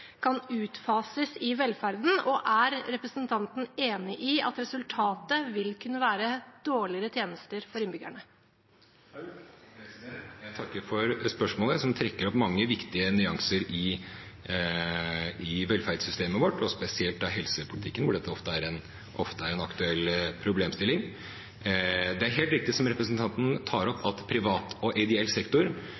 kan utfases i velferden? Og er representanten enig i at resultatet vil kunne være dårligere tjenester for innbyggerne? Jeg takker for spørsmålet, som trekker opp mange viktige nyanser i velferdssystemet vårt og spesielt da helsepolitikken, hvor dette ofte er en aktuell problemstilling. Det er helt riktig, som representanten tar opp,